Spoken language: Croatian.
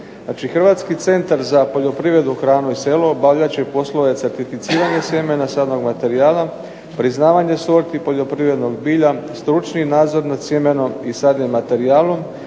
Hrvatski centar za poljoprivredu, hranu i selo obavljat će poslove certificiranja sjemena, sadnog materijala, priznavanje sorti poljoprivrednog bilja, stručni nadzor nad sjemenom i sadnim materijalom,